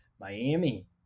Miami